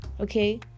okay